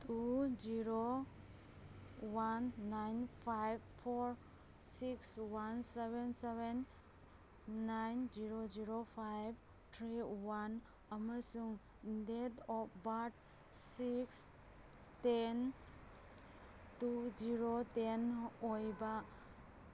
two zero one nine five four six one seven seven nine zero zero five three one ꯑꯃꯁꯨꯡ date of birth six ten two zero ten ꯑꯣꯏꯕ